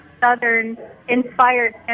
Southern-inspired